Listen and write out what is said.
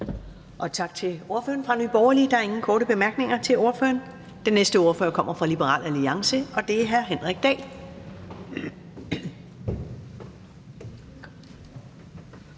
Tak til ordføreren fra Nye Borgerlige. Der er ingen korte bemærkninger til ordføreren. Den næste ordfører kommer fra Liberal Alliance, og det er hr. Henrik Dahl.